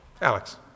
Alex